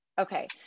Okay